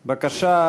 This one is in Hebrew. בבקשה,